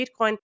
Bitcoin